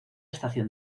estación